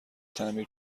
تعمیر